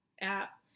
app